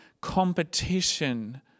competition